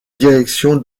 direction